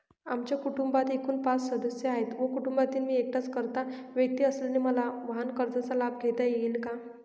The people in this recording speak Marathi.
आमच्या कुटुंबात एकूण पाच सदस्य आहेत व कुटुंबात मी एकटाच कर्ता व्यक्ती असल्याने मला वाहनकर्जाचा लाभ घेता येईल का?